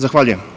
Zahvaljujem.